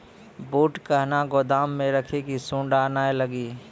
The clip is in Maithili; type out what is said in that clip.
बूट कहना गोदाम मे रखिए की सुंडा नए लागे?